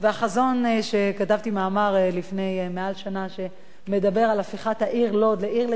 כתבתי לפני יותר משנה מאמר שמדבר על הפיכת העיר לוד לעיר לצעירים,